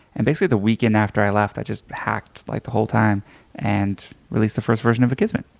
and basically the weekend after i left, i just hacked like the whole time and released the first version of akismet.